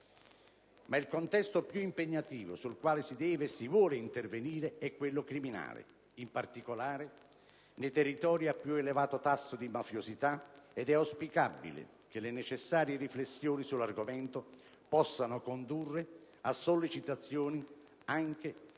Il contesto più impegnativo su cui si vuole e si deve intervenire è però quello criminale, in particolare nei territori a più elevato tasso di mafiosità, ed è dunque auspicabile che le necessarie riflessioni sull'argomento possano condurre a sollecitazioni rivolte